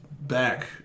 back